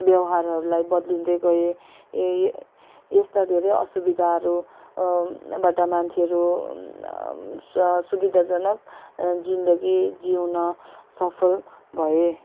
व्यवहारहरूलाई बद्लिँदै गए ए यस्ता धेरै असुविधाहरू बाट मान्छेहरू स सुविधाजनक जिन्दगी जिउन सफल भए